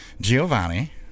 Giovanni